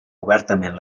obertament